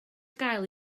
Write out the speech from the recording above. gael